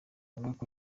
ngombwa